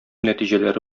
нәтиҗәләре